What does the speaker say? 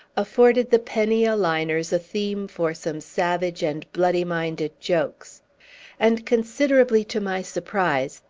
afforded the penny-a-liners a theme for some savage and bloody minded jokes and, considerably to my surprise,